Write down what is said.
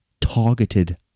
targeted